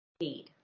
need